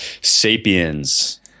Sapiens